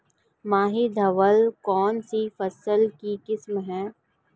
माही धवल कौनसी फसल की किस्म है?